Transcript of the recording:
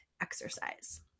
exercise